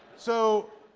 so.